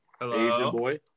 hello